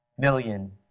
Million